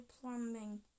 plumbing